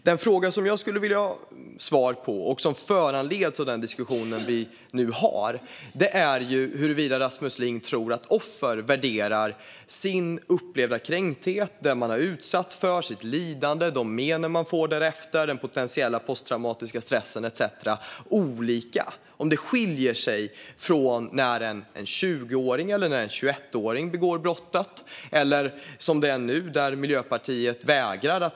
Den fråga som jag skulle vilja ha svar på och som föranleds av den diskussion som vi nu har är huruvida Rasmus Ling tror att offer värderar sin upplevda kränkning, det man har utsatts för, sitt lidande, de men man får därefter, den potentiella posttraumatiska stressen etcetera olika beroende på om en 20-åring eller en 21-åring begår brotten - eller om någon som är mellan 15 år och 17 år gör det.